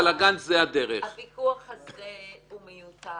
הוויכוח הזה הוא מיותר.